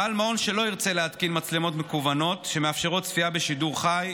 בעל מעון שלא ירצה להתקין מצלמות מקוונות שמאפשרות צפייה בשידור חי,